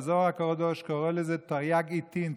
שהזוהר הקדוש קורא לזה תרי"ג עיטין,